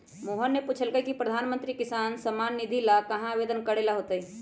मोहन ने पूछल कई की प्रधानमंत्री किसान सम्मान निधि ला कहाँ आवेदन करे ला होतय?